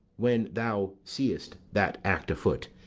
when thou see'st that act a-foot,